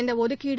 இந்தஒதுக்கீடு